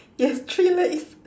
yes three legs